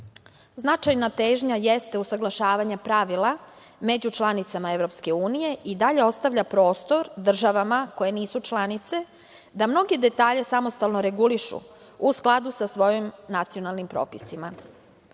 podacima. Značajna težnja jeste usaglašavanje pravila među članicama EU i dalje ostavlja prostor državama koje nisu članice da mnoge detalje samostalno regulišu u skladu sa svojim nacionalnim propisima.